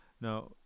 Now